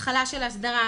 התחלה של הסדרה,